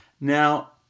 Now